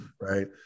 right